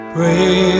Pray